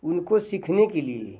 उनको सीखने के लिए